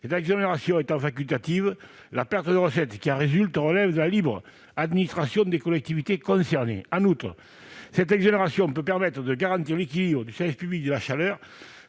Cette exonération étant facultative, la perte de recettes qui en résulte relève de la libre administration des collectivités concernées. En outre, cette exonération peut permettre de garantir l'équilibre du service public de la chaleur,